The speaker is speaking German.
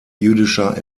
jüdischer